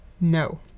no